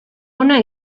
ona